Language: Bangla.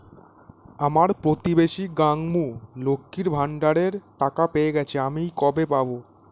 আমার প্রতিবেশী গাঙ্মু, লক্ষ্মীর ভান্ডারের টাকা পেয়ে গেছে, আমি কবে পাব?